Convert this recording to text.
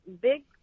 big